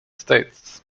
states